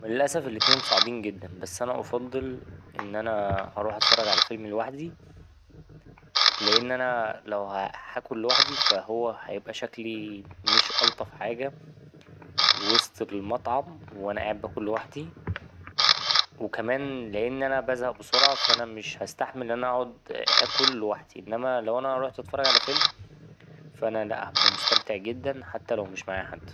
للأسف الأتنين صعبين جدا بس أنا أفضل إن أنا أروح أتفرج على فيلم لوحدي، لأن أنا لو هاكل لوحدي هيبقى شكلي مش ألطف حاجة وسط المطعم وأنا قاعد باكل لوحدي وكمان لأن أنا بزهق بسرعة فا أنا مش هستحمل إن أنا أقعد أكل لوحدي إنما أنا لو روحت أتفرج على فيلم فا أنا لا هبقى مستمتع جدا حتى لو مش معايا حد.